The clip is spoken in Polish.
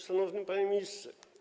Szanowny Panie Ministrze!